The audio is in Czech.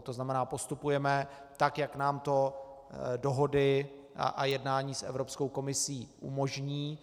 To znamená, postupujeme tak, jak nám to dohody a jednání s Evropskou komisí umožní.